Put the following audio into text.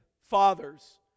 Fathers